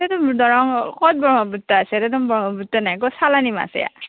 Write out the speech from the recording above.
এইটো দৰং ক'ত ব্ৰহ্মপুত্ৰ আছে ইয়াতে দেখোন ব্ৰহ্মপুত্ৰ নাই চালানী মাছ এয়া